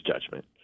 judgment